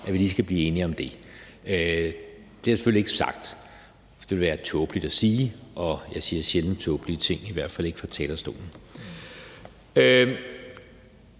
at vi skal blive enige om at jeg selvfølgelig ikke har sagt. For det ville være tåbeligt at sige, og jeg siger sjældent tåbelige ting, i hvert fald ikke fra talerstolen.